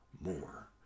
more